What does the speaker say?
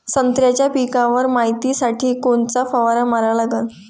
संत्र्याच्या पिकावर मायतीसाठी कोनचा फवारा मारा लागन?